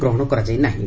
ଗ୍ରହଣ କରାଯାଇ ନାହିଁ